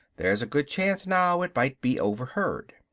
there's a good chance now it might be overheard.